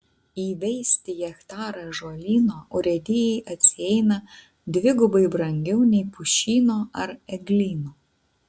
įveisti hektarą ąžuolyno urėdijai atsieina dvigubai brangiau nei pušyno ar eglyno